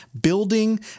building